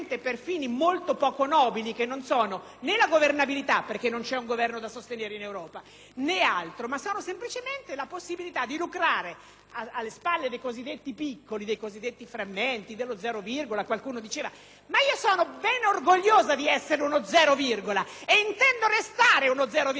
ma sono semplicemente la possibilità di lucrare alle spalle dei cosiddetti piccoli, dei cosiddetti frammenti, dello "zero virgola" (come qualcuno diceva). Io sono ben orgogliosa di essere uno "zero virgola" e intendo restare uno "zero virgola" in questo Paese se significa essere persona libera. La possibilità di esprimere un pensiero divergente noi la dobbiamo difendere,